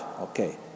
okay